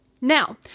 Now